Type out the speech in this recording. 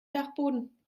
dachboden